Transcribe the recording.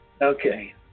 Okay